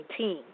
2019